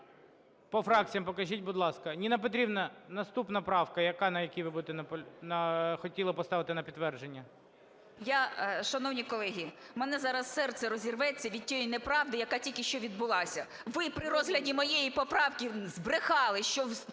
По фракціям покажіть, будь ласка. Ніна Петрівна, наступна правка яка, на якій ви будете наполягати… хотіли поставити на підтвердження. 16:37:20 ЮЖАНІНА Н.П. Шановні колеги, у мене зараз серце розірветься від тієї неправди, яка тільки що відбулася. Ви при розгляді моєї поправки збрехали, що